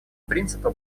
принципа